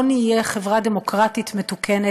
לא נהיה חברה דמוקרטית מתוקנת,